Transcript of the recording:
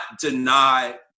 deny